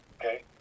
okay